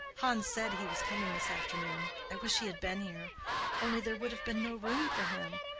hans said he was coming this afternoon. i wish he had been here only there would have been no room for him.